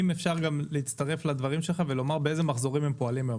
אם אפשר להצטרף לדברים שלך ולומר באיזה מחזורים הם פועלים היום.